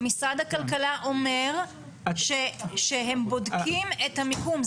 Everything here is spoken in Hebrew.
משרד הכלכלה אומר שהם בודקים את המיקום.